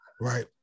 Right